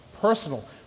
Personal